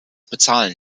bezahlen